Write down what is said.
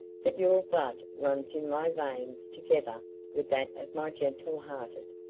that your blood runs in my veins together with that of my gentle-hearted,